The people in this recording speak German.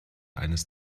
eines